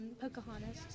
Pocahontas